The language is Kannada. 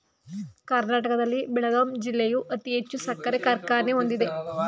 ಕರ್ನಾಟಕದಲ್ಲಿ ಬೆಳಗಾಂ ಜಿಲ್ಲೆಯು ಅತಿ ಹೆಚ್ಚು ಸಕ್ಕರೆ ಕಾರ್ಖಾನೆ ಹೊಂದಿದೆ